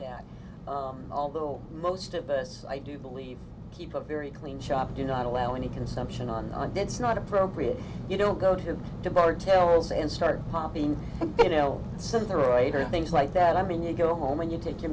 that although most of us i do believe keep a very clean shop do not allow any consumption on that's not appropriate you don't go to the bar tells and start popping you know some of the writer things like that i mean you go home and you take your